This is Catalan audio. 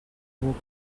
buc